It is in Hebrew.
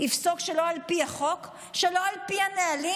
יפסוק לא על פי החוק, על פי הנהלים?